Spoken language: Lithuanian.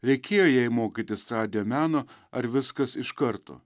reikėjo jai mokytis radijo meno ar viskas iš karto